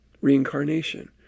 reincarnation